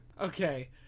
Okay